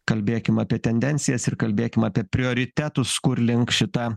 kalbėkim apie tendencijas ir kalbėkim apie prioritetus kur link šitą